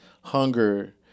hunger